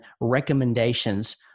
recommendations